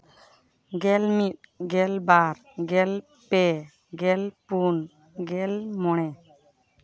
ᱜᱮᱞ ᱢᱤᱫ ᱜᱮᱞ ᱵᱟᱨ ᱜᱮᱞ ᱯᱮ ᱜᱮᱞ ᱯᱩᱱ ᱜᱮᱞ ᱢᱚᱬᱮ